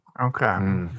Okay